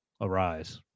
arise